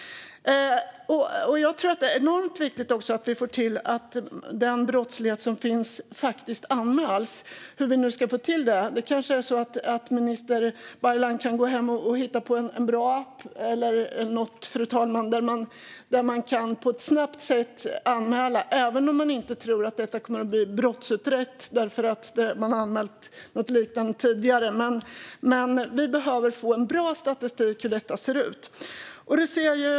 Det är också viktigt att de brott som sker anmäls - hur vi nu ska få till det. Kanske kan minister Baylan komma på ett bra sätt för att snabbt anmäla även om man inte tror att det kommer att utredas eftersom man anmält ett liknande brott tidigare. Vi behöver nämligen få en bra statistik över hur det ser ut.